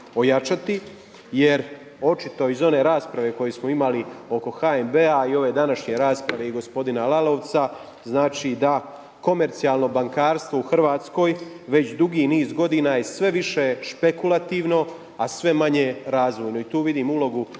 ojačati jer očito iz one rasprave koju smo imali oko HNB-a i ove današnje rasprave i gospodina Lalovca znači da komercijalno bankarstvo u Hrvatskoj je već dugi niz godina je sve više špekulativno, a sve manje razvojno i tu vidim ulogu